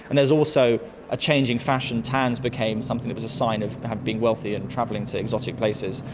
and there's also a change in fashion, tans became something that was a sign of being wealthy and travelling to exotic places,